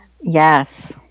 Yes